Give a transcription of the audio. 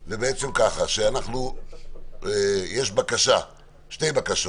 זה בעצם שיש שתי בקשות